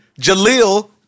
Jaleel